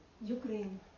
Ukraine